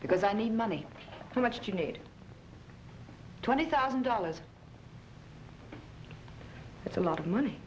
because i need money for much you need twenty thousand dollars it's a lot of money